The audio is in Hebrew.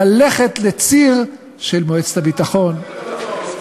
ללכת לציר של מועצת הביטחון?